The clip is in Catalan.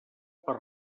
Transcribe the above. per